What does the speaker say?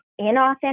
inauthentic